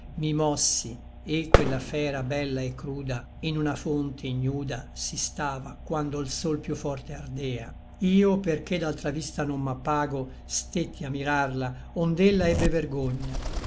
mi mossi e quella fera bella et cruda in una fonte ignuda si stava quando l sol piú forte ardea io perché d'altra vista non m'appago stetti a mirarla ond'ella ebbe vergogna